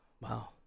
Wow